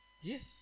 Yes